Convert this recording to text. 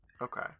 Okay